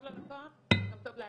טוב ללקוח וגם טוב לעצמן.